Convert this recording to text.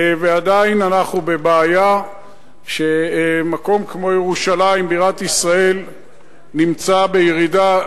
ועדיין אנחנו בבעיה שמקום כמו ירושלים בירת ישראל נמצא בירידה.